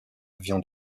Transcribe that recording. avion